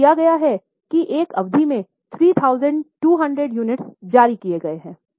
हमें दिया गया है कि एक अवधि में 3200 यूनिट जारी किए गये हैं